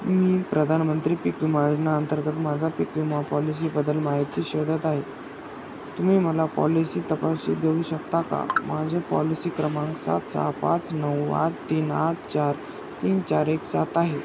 मी प्रधानमंत्री पीक विमा योजना अंतर्गत माझा पीक विमा पॉलिसीबद्दल माहिती शोधत आहे तुम्ही मला पॉलिसी तपशील देऊ शकता का माझे पॉलिसी क्रमांक सात सहा पाच नऊ आठ तीन आठ चार तीन चार एक सात आहे